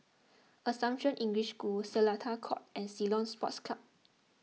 Assumption English School Seletar Court and Ceylon Sports Club